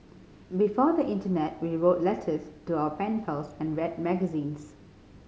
before the internet we wrote letters to our pen pals and read magazines